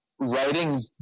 writing